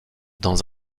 dans